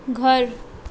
घर